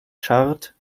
schart